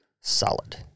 Solid